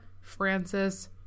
Francis